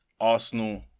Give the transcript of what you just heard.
Arsenal